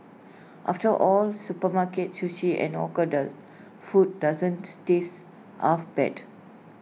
after all supermarket sushi and hawker the food doesn't taste half bad